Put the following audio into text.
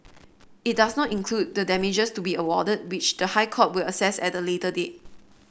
it does not include the damages to be awarded which the High Court will assess at a later date